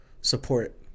support